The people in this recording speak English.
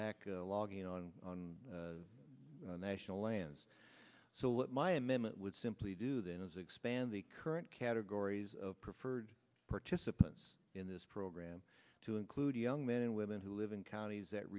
back logging on on the national lands so what my amendment would simply do then is expand the current categories of preferred participants in this program to include young men and women who live in counties that